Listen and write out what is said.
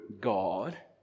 God